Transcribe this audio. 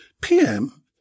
PM